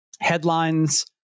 headlines